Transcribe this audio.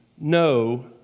no